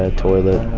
ah toilet,